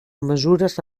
mesures